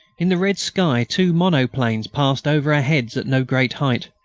in the red sky two monoplanes passed over our heads at no great height.